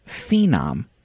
Phenom